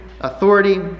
authority